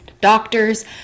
doctors